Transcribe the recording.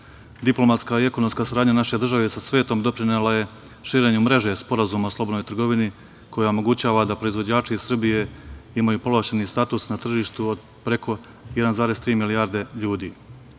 Diplomatska i ekonomska saradnja naše države sa svetom doprinela je širenju mreže sporazuma o slobodnoj trgovini koja omogućava da proizvođači Srbije imaju povlašećni status na tržištu od preko 1,3 milijarde ljudi.